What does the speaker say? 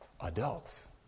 adults